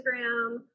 Instagram